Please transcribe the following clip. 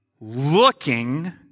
Looking